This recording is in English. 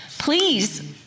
Please